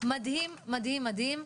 מדהים, מדהים, מדהים.